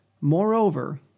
Moreover